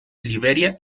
liberia